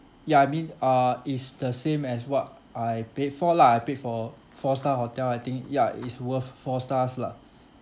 ya I mean uh is the same as what I paid for lah I paid for four star hotel I think ya it's worth four stars lah